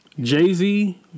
Jay-Z